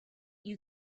you